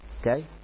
Okay